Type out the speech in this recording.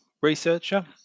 researcher